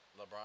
LeBron